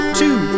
two